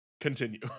Continue